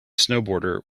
snowboarder